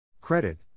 Credit